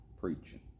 preaching